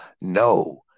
No